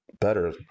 better